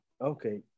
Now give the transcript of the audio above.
Okay